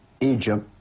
Egypt